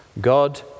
God